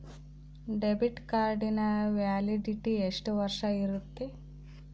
Debit ಕಾರ್ಡಿನ validity ಎಷ್ಟು ವರ್ಷ ಇರುತ್ತೆ?